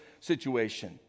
situation